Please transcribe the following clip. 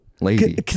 lady